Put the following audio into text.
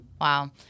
Wow